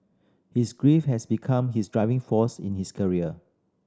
his grief has become his driving force in his career